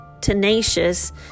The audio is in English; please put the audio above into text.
tenacious